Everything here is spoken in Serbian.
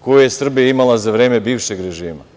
koju je Srbija imala za vreme bivšeg režima?